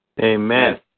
Amen